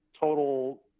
total